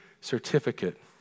certificate